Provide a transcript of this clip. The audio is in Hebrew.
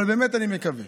אבל באמת אני מקווה